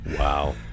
Wow